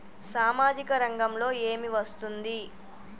సామాజిక రంగంలో ఏమి వస్తుంది?